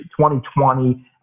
2020